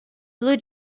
blue